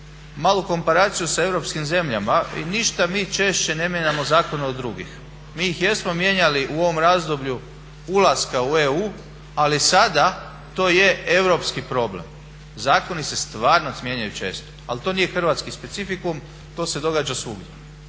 malo komparaciju sa europskim zemljama i ništa mi češće ne mijenjamo zakone od drugih. Mi ih jesmo mijenjali u ovom razdoblju ulaska u EU, ali sada to je europski problem. Zakoni se stvarno mijenjaju često. Ali to nije hrvatski specifikum to se događa svugdje.